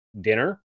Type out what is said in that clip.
dinner